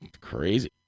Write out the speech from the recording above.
Crazy